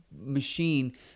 machine